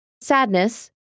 sadness